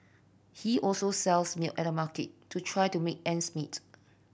he also sells milk at the market to try to make ends meet